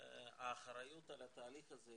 האחריות על התהליך הזה,